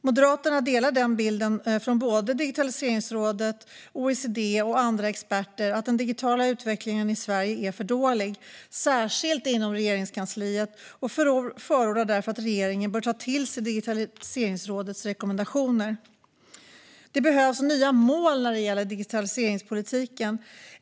Moderaterna delar den bild som ges av Digitaliseringsrådet, OECD och andra experter: Den digitala utvecklingen i Sverige är för dålig, särskilt inom Regeringskansliet. Vi förordar därför att regeringen tar till sig Digitaliseringsrådets rekommendationer. Det behövs nya mål när det gäller digitaliseringspolitiken.